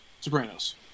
Sopranos